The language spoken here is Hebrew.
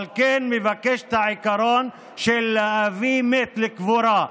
אבל כן מבקש את העיקרון של להביא מת לקבורה,